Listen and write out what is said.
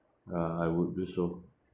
uh I would do so